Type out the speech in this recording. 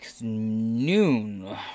noon